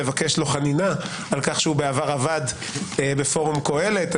לבקש לו חנינה על כך שהוא בעבר עבד בפורום קהלת.